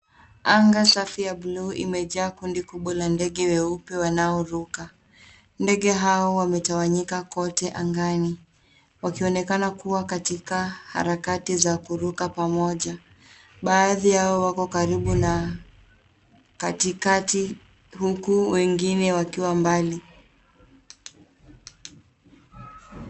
Anga safi ya bluu imejaa kundi kubwa ya ndege weupe wanaoruka. Ndege hao wametawanyika kote angani wakionekana kuwa katika harakati za kuruka pamoja. Baadhi yao wako karibu na katikati huku wengine wakiwa mbali.